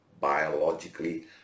biologically